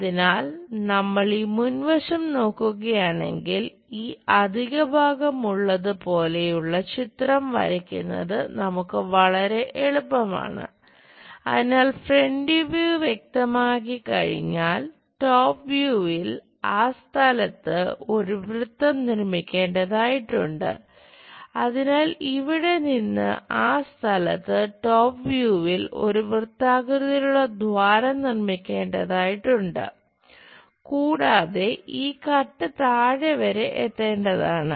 അതിനാൽ നമ്മൾ ഈ മുൻവശം താഴെ വരെ എത്തേണ്ടതാണ്